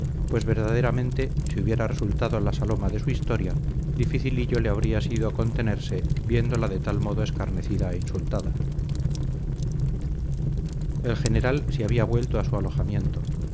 pues verdaderamente si hubiera resultado la saloma de su historia dificilillo le habría sido contenerse viéndola de tal modo escarnecida e insultada el general se había vuelto a su alojamiento